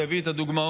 והביא את הדוגמאות,